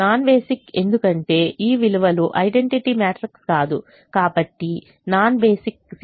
non basic ఎందుకంటే ఈ విలువలు ఐడెంటిటీ మ్యాట్రిక్స్ కాదు కాబట్టి నాన్ బేసిక్ కన్నా ఎక్కువ